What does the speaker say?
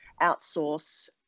outsource